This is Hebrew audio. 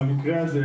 למקרה הזה,